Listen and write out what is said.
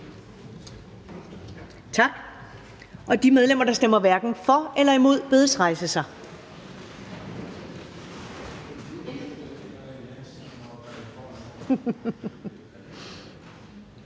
Tak. De medlemmer, der stemmer hverken for eller imod, bedes rejse sig.